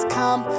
come